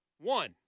One